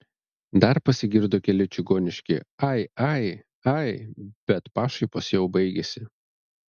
dar pasigirdo keli čigoniški ai ai ai bet pašaipos jau baigėsi